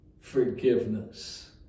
forgiveness